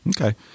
okay